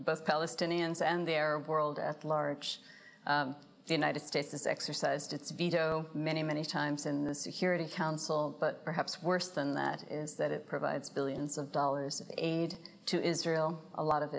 both palestinians and their world at large the united states has exercised its veto many many times in the security council but perhaps worse than that is that it provides billions of dollars of aid to israel a lot of